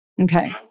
Okay